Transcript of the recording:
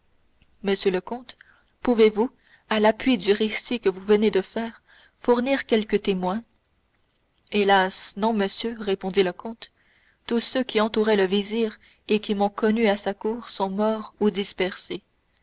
monsieur le comte pouvez-vous à l'appui du récit que vous venez de faire fournir quelque témoin hélas non monsieur répondit le comte tous ceux qui entouraient le vizir et qui m'ont connu à sa cour sont ou morts ou dispersés